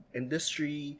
industry